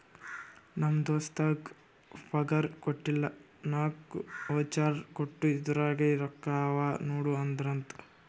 ನಮ್ ದೋಸ್ತಗ್ ಪಗಾರ್ ಕೊಟ್ಟಿಲ್ಲ ನಾಕ್ ವೋಚರ್ ಕೊಟ್ಟು ಇದುರಾಗೆ ರೊಕ್ಕಾ ಅವಾ ನೋಡು ಅಂದ್ರಂತ